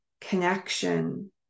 connection